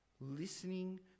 Listening